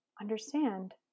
understand